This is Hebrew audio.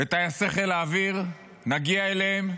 את טייסי חיל האוויר, נגיע אליהם,